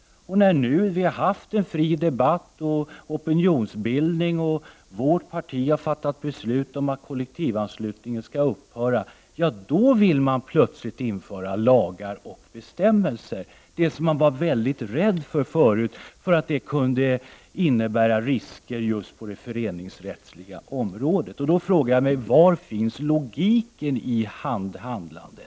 När vi nu har haft en fri debatt och opinionsbildning och vårt parti fattat beslut om att kollektivanslutningen skall upphöra, då vill man plötsligt införa lagar och bestämmelser, något som man alltså tidigare var väldigt rädd för, eftersom det kunde innebära risker just på det föreningsrättsliga området. Var finns här logiken i handlandet?